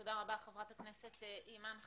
תודה רבה חברת הכנסת אימאן ח'טיב.